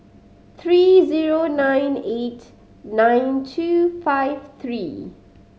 three zero nine eight nine two five three